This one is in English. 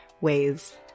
ways